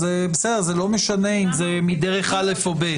לא משנה אם זה דרך א' או ב'.